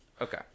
Okay